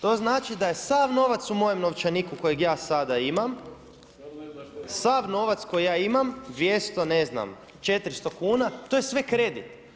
To znači da je sav novac u mojem novčaniku kojeg ja sada imam, sav novac koji ja imam 200 ne znam, 400 kuna to je sve kredit.